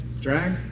Drag